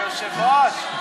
היושב-ראש,